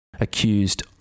accused